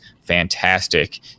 fantastic